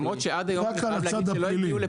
למרות שעד היום לא הגיעו.